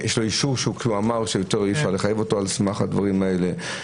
שיש לו אישור שאי-אפשר לחייב אותו על סמך הדברים האלה.